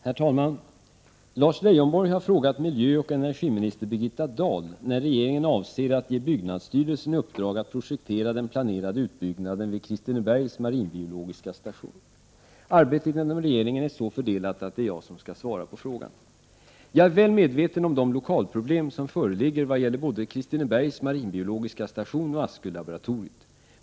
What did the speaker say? Herr talman! Lars Leijonborg har frågat miljöoch energiminister Birgitta Dahl när regeringen avser att ge byggnadsstyrelsen i uppdrag att projektera den planerade utbyggnaden vid Kristinebergs marinbiologiska station. Arbetet inom regeringen är så fördelat att det är jag som skall svara på frågan. Jag är väl medveten om de lokalproblem som föreligger vad gäller både Kristinebergs marinbiologiska station och Askölaboratoriet.